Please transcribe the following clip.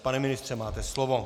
Pane ministře, máte slovo.